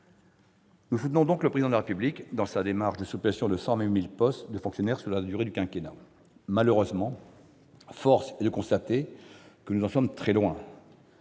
Nous soutenons donc le Président de la République dans sa démarche de suppression de 120 000 postes de fonctionnaire sur la durée du quinquennat. Malheureusement, force est de constater que nous en sommes très loin.